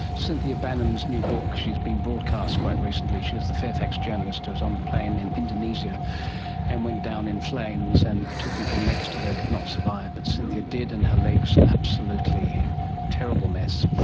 cynthia banham's new book, she's been broadcast quite recently, she was the fairfax journalist who was on the plane in indonesia and went down in flames and the two people next to her did not survive but cynthia did and her legs, absolutely terrible mess.